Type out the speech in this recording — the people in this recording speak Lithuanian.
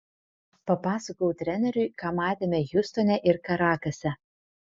papasakojau treneriui ką matėme hjustone ir karakase